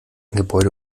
gebäude